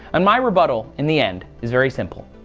and my rebuttal in the end is very simple.